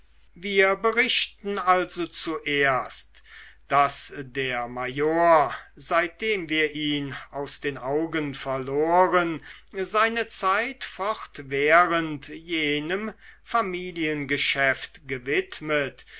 wir berichten also zuerst daß der major seitdem wir ihn aus den augen verloren seine zeit fortwährend jenem familiengeschäft gewidmet